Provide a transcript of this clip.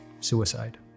suicide